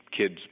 kids